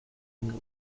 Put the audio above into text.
nehmen